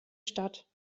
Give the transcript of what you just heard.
stadt